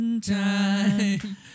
time